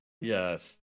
Yes